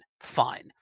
fine